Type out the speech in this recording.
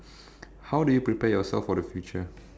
how do you prepare yourself for the future